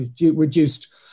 reduced